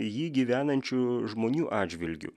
jį gyvenančių žmonių atžvilgiu